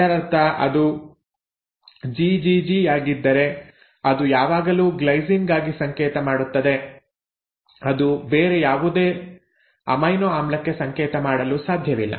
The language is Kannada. ಇದರರ್ಥ ಅದು ಜಿಜಿಜಿ ಯಾಗಿದ್ದರೆ ಅದು ಯಾವಾಗಲೂ ಗ್ಲೈಸಿನ್ ಗಾಗಿ ಸಂಕೇತ ಮಾಡುತ್ತದೆ ಅದು ಬೇರೆ ಯಾವುದೇ ಅಮೈನೊ ಆಮ್ಲಕ್ಕೆ ಸಂಕೇತ ಮಾಡಲು ಸಾಧ್ಯವಿಲ್ಲ